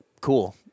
cool